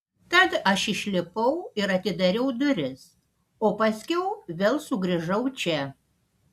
tad aš išlipau ir atidariau duris o paskiau vėl sugrįžau čia